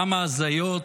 כמה הזיות,